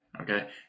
okay